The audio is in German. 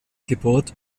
geburt